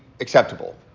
acceptable